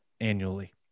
annually